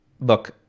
look